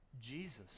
Jesus